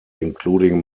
including